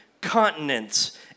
continents